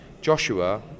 Joshua